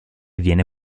viene